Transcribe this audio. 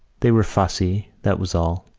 they were fussy, that was all.